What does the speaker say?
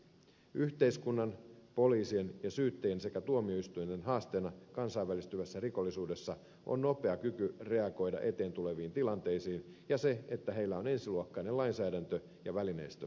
yhteiskunnan poliisien ja syyttäjien sekä tuomioistuinten haasteena kansainvälistyvässä rikollisuudessa on nopea kyky reagoida eteen tuleviin tilanteisiin ja se että heillä on ensiluokkainen lainsäädäntö ja välineistö käytettävissään